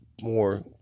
more